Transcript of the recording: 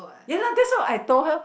ya lah that's what I told her